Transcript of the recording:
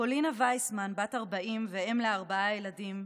פולינה וייסמן, בת 40 ואם לארבעה ילדים,